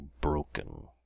broken